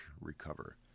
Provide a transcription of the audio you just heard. recover